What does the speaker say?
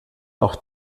auch